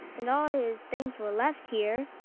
and all his things were left here.